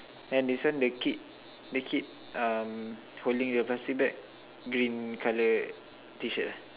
and this one the kid the kid um holding the plastic bag green colour T-shirt ah